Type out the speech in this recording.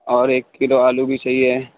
اور ایک کلو آلو بھی چاہیے